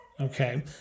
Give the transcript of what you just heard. Okay